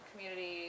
community